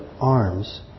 arms